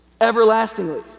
everlastingly